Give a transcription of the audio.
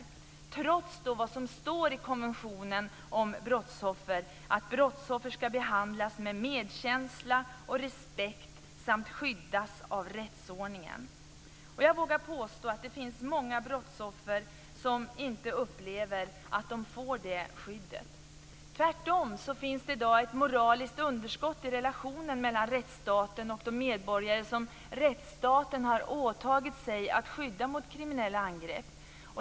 Detta är trots vad som står i konventionen om att brottsoffer ska behandlas med medkänsla, respekt samt skyddas av rättsordningen. Jag vågar påstå att det finns många brottsoffer som upplever att de inte får det skyddet. Tvärtom har vi i dag ett moraliskt underskott i relationen mellan rättsstaten och de medborgare som rättsstaten har åtagit sig att skydda mot kriminella angrepp.